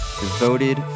devoted